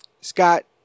Scott